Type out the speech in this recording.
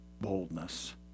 boldness